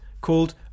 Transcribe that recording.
called